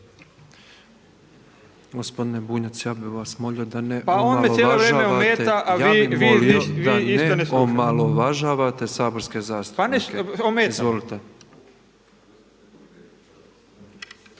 Gospodine Bunjac ja bih vas molio da ne omalovažavate. **Bunjac,